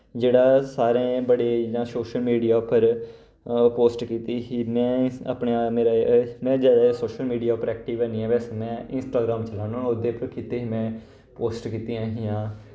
जेह्ड़ा सारैं बड़े इ'यां शोशल मीडिया उप्पर पोस्ट कीती ही में अपने मेरे में जैदा सोशल मीडिया उप्पर एक्टिव हैनी ऐ वैसे में इंस्टाग्राम चलाना होन्ना ओह्दे पर कीते हे में पोस्ट कीतियां हियां